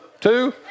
two